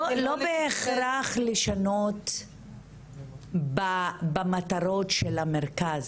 לא בהכרח לשנות במטרות של המרכז,